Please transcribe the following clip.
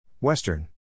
Western